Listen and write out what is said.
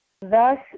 Thus